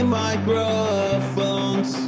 microphones